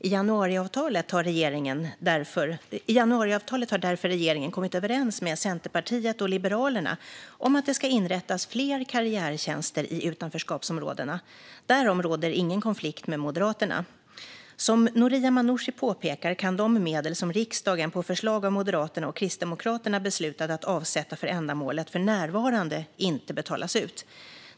I januariavtalet har därför regeringen kommit överens med Centerpartiet och Liberalerna om att det ska inrättas fler karriärtjänster i utanförskapsområden. Därom råder ingen konflikt med Moderaterna. Som Noria Manouchi påpekar kan de medel som riksdagen på förslag av Moderaterna och Kristdemokraterna beslutade att avsätta för ändamålet för närvarande inte betalas ut.